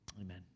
Amen